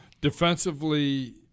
Defensively